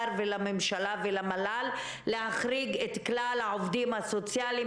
ולממשלה ולמל"ל להחריג את כלל העובדים הסוציאליים,